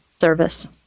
service